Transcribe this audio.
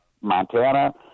Montana